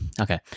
okay